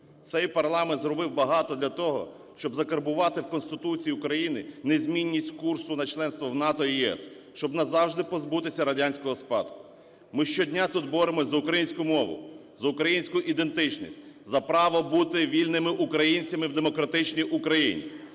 Цей парламент зробив багато для того, щоб закарбувати в Конституції України незмінність курсу на членство в НАТО і ЄС, щоб назавжди позбутися радянського спадку. Ми щодня тут боремося за українську мову, за українську ідентичність, за право бути вільними українцями в демократичній Україні.